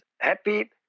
happy